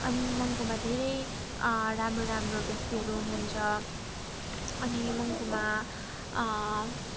अनि मङ्पुमा धेरै राम्रो राम्रो व्यक्तिहरू हुनुहुन्छ अनि मङ्पुमा